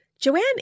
Joanne